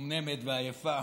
מנומנמת ועייפה,